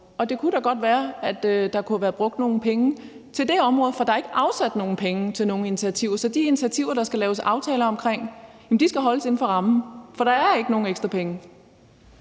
Det kunne da godt være, at der kunne have været brugt nogle penge til det område, for der er ikke afsat nogen penge til nogen initiativer. Så de initiativer, der skal laves aftaler omkring, skal holdes inden for rammen. For der er ikke nogen ekstra penge.